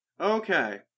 Okay